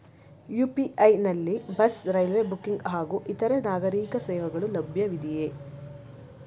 UPI ನಲ್ಲಿ bus, railway booking ಹಾಗೂ ಇತರೆ ನಾಗರೀಕ ಸೇವೆಗಳು ಲಭ್ಯವಿದೆಯೇ?